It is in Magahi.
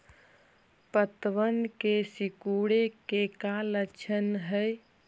पत्तबन के सिकुड़े के का लक्षण हई?